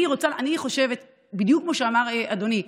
אני חושבת בדיוק כמו שאמר אדוני,